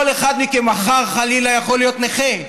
כל אחד מכם מחר, חלילה, יכול להיות נכה.